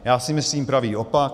Já si myslím pravý opak.